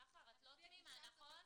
--- את לא תמימה, נכון?